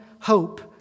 hope